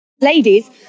Ladies